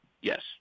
Yes